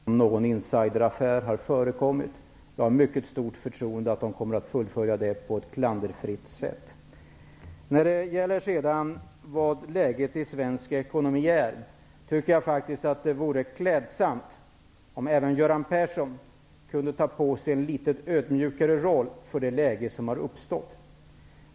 Herr talman! Som Göran Persson utomordentligt säkert vet är det Finansinspektionens uppgift att utreda om någon insideraffär har förekommit. Jag har stort förtroende för att den kommer att fullfölja det på ett klanderfritt sätt. Inför det läge som uppstått i den svenska ekonomin tycker jag faktiskt att det vore klädsamt om även Göran Persson kunde framträda i en litet ödmjukare roll.